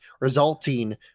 resulting